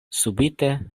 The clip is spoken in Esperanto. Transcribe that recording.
subite